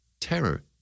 Terror